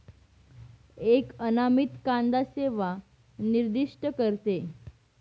एक अनामित कांदा सेवा निर्दिष्ट करते